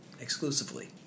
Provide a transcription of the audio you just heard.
exclusively